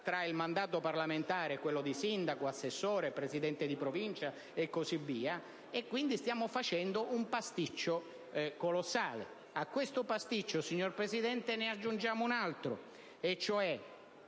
tra il mandato parlamentare e quello di sindaco, assessore, presidente di Provincia e così via. Stiamo, quindi facendo un pasticcio colossale. Ma a questo pasticcio, signor Presidente, ne aggiungiamo un altro. Con